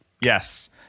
Yes